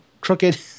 crooked